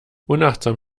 unachtsam